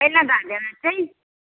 ਪਹਿਲਾਂ ਦੱਸ ਦੇਣਾ ਅੱਛਾ ਜੀ